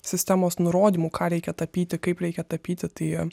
sistemos nurodymų ką reikia tapyti kaip reikia tapyti tai